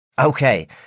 Okay